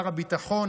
שר הביטחון,